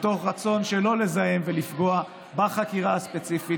מתוך רצון שלא לזהם ולפגוע בחקירה הספציפית